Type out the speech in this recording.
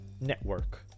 network